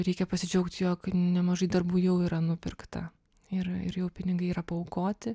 reikia pasidžiaugti jog nemažai darbų jau yra nupirkta ir ir jau pinigai yra paaukoti